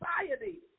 society